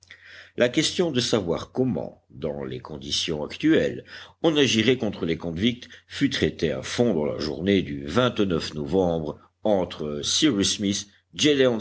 la question de savoir comment dans les conditions actuelles on agirait contre les convicts fut traitée à fond dans la journée du novembre entre